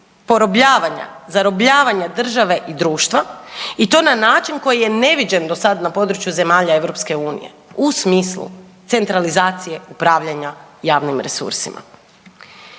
porobljavanja, zarobljavanja države i društva i to na način koji je neviđen do sada na području zemalja Europske unije u smislu centralizacije upravljanja javnim resursima.